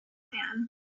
man